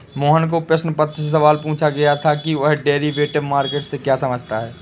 मोहन को प्रश्न पत्र में सवाल पूछा गया था कि वह डेरिवेटिव मार्केट से क्या समझता है?